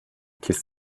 kiss